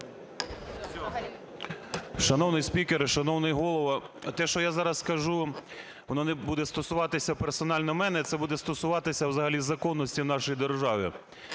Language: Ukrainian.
Шановний спікер і шановний Голово, те, що я зараз скажу, воно не буде стосуватися персонально мене, це буде стосуватися взагалі законності в нашій державі.